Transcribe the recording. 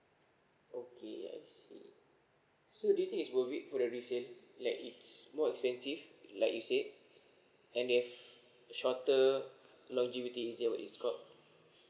okay I see so do you think it's worth it for the resale like it's more expensive like you said and they have shorter longevity is that what it's called